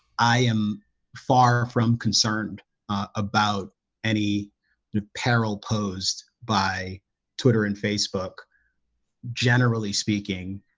i am far from concerned ah about any peril posed by twitter and facebook generally speaking,